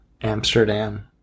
amsterdam